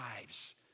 lives